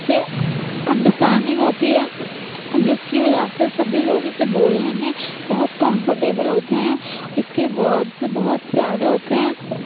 سے انڈراسٹینڈنگ ہوتی ہے جس کی وجہ سے سبھی لوگ اسے بولنے میں بہت کمفرٹیبل ہوتے ہیں اس کے ورڈس بہت پیارے ہوتے ہیں